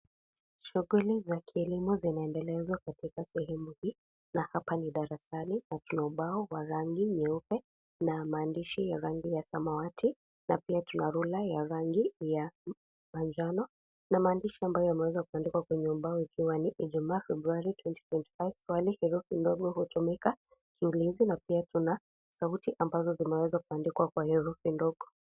Shughuli za kielimu zinaendelezwa katika sehemu hii na hapa ni darasani na tuna ubao wa rangi nyeupe na maandishi ya rangi ya samawati na pia tuna rula ya rangi ya manjano na maandishi ambayo yameweza kuandikwa kwenye ubao yakiwa ni Ijumaa Februari 2025 swali herifi ndogo hutumika ? na pia tuna tovuti ambazo zimewezwa kuandikwa kwa herufi ndogo.